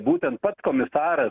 būtent pats komisaras